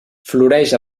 floreix